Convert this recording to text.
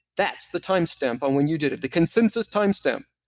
that's the timestamp on when you did it. the consensus timestamp